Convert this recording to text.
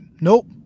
Nope